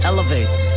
Elevate